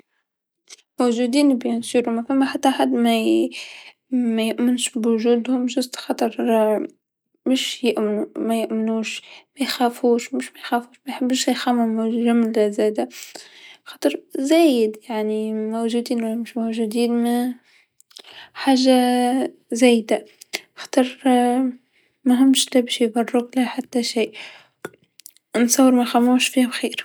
موجودين أكيد ما فما حتى حد ما ي ما يأمنش بوجودهم برك خاطر مش يأمنو مايأمنوش، مايخافوش مش مايخفوش، مايحبوش يخمو جمله زادا، خاطر زايد موجودين و لا مش موجودين، حاجه زايدا خاطر مهمش حتى باش يبرو بلا حتى شيء، نتصور ميخموش فيهم خير.